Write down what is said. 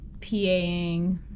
paing